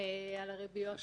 על הריביות בשוק.